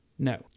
No